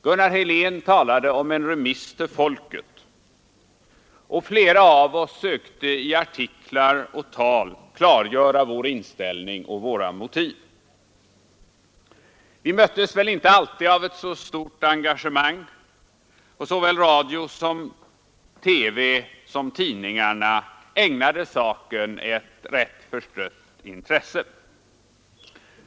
Gunnar Helén talade om en remiss till folket, och flera av oss sökte i artiklar och tal klargöra vår inställning och våra motiv. Vi möttes väl inte alltid av ett så stort engagemang, och såväl radio/TV som tidningarna ägnade saken ett rätt förstrött intresse.